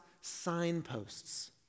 signposts